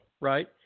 Right